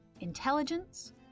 Intelligence